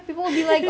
ya